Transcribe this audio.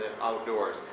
outdoors